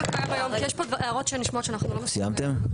סיימתם?